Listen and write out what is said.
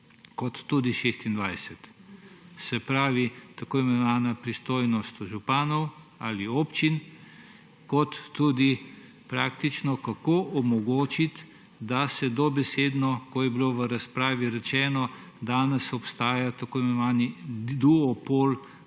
kot tudi 26., se pravi tako imenovana pristojnost županov ali občin kot tudi, kako praktično omogočit, da se dobesedno, kot je bilo v razpravi rečeno, da danes obstaja tako imenovani duopol